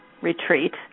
Retreat